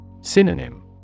Synonym